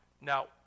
Now